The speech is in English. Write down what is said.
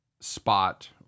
spot